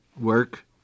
work